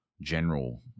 general